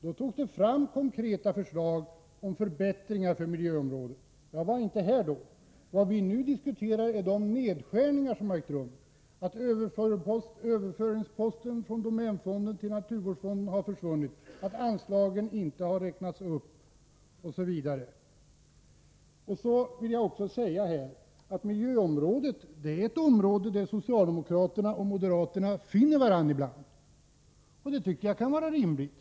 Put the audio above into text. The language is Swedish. Då togs det fram konkreta förslag om förbättringar på miljöområdet. Jag var inte här i riksdagen då. Vad vi nu diskuterar är de nedskärningar som har ägt rum, att posten för överföring från domänfonden till naturvårdsfonden har försvunnit, att anslagen inte har räknats upp osv. Miljöområdet är ett område där socialdemokraterna och moderaterna ibland finner varandra, och det tycker jag kan vara rimligt.